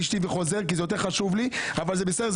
לראות את אשתי וחוזר כי זה יותר חשוב לי אבל זה בסדר,